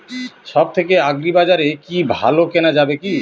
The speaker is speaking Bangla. সব থেকে আগ্রিবাজারে কি ভালো কেনা যাবে কি?